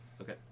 Okay